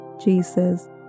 Jesus